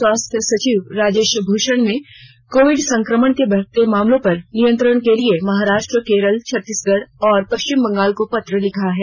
स्वास्थ्य सचिव राजेश भूषण ने कोविड संक्रमण के बढ़ते मामलों पर नियंत्रण के लिए महाराष्ट्र केरल छत्तीसगढ़ और पश्चिम बंगाल को पत्र लिखा है